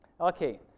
Okay